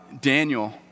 Daniel